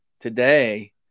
today